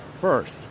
first